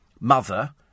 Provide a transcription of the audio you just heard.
mother